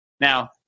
Now